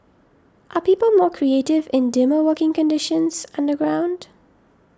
are people more creative in dimmer working conditions underground